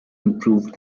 improved